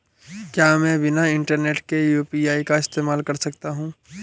क्या मैं बिना इंटरनेट के यू.पी.आई का इस्तेमाल कर सकता हूं?